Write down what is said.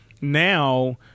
now